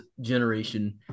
generation